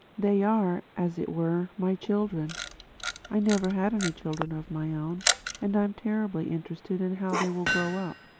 they are, as it were, my children i never had any children of my own and i am terribly interested in how they will grow up.